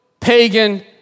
pagan